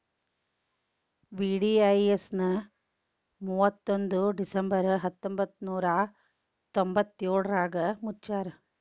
VDIS ನ ಮುವತ್ತೊಂದ್ December ಹತ್ತೊಂಬತ್ ನೂರಾ ತೊಂಬತ್ತಯೋಳ್ರಾಗ ಮುಚ್ಚ್ಯಾರ